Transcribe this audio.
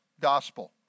gospel